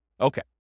Okay